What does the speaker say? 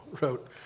wrote